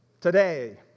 Today